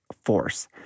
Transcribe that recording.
force